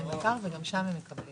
אני מחדש את